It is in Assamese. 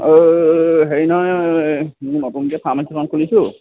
অ হেৰি নহয় মই নতুনকে ফাৰ্মাছী এখন খুলিছোঁ